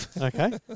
Okay